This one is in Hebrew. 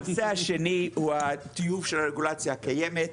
הנושא השני הוא הטיוב של הרגולציה הקיימת,